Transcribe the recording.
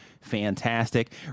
fantastic